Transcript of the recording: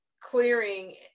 clearing